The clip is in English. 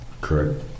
Correct